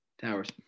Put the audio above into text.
Towers